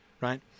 Right